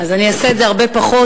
אעשה את זה בהרבה פחות.